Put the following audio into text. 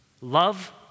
Love